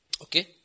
Okay